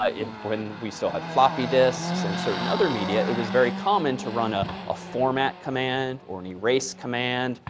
ah when we still had floppy disks and certain other media, it was very common to run a ah format command, or an erase command,